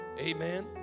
Amen